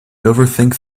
overthink